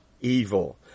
evil